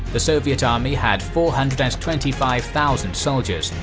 the soviet army had four hundred and twenty five thousand soldiers,